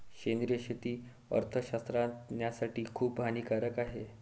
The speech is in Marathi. सेंद्रिय शेती अर्थशास्त्रज्ञासाठी खूप हानिकारक आहे